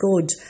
good